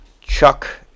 chuck